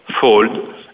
fold